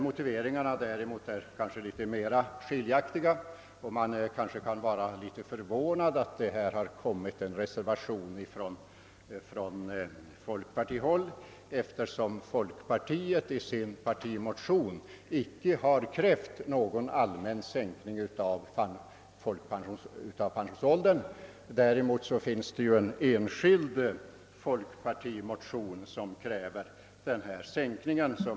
Motiveringarna däremot är kanske något mer skiljaktiga. Man kanske kan vara en smula förvånad över att det här har kommit en reservation från folkpartihåll, eftersom folkpartiet i sin partimotion inte har krävt någon sänkning av pensionsåldern; däremot finns det en enskild folkpartimotion som kräver sådan sänkning.